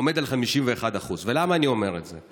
עומד על 51%. ולמה אני אומר את זה?